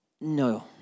no